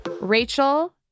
Rachel